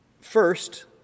First